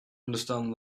understand